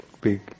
big